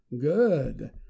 good